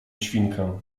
świnkę